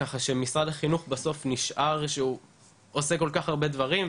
ככה שמשרד החינוך בסוף נשאר שהוא עושה כל כך הרבה דברים,